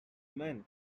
men